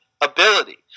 ability